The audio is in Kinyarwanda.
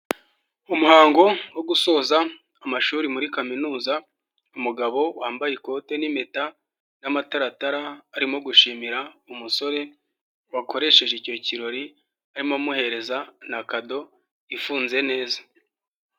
Umuhango wo gusoza amashuri muri kaminuza, umugabo wambaye ikote n'impeta n'amataratara arimo gushimira umusore wakoresheje icyo kirori, arimo amuhereza na kado ifunze neza.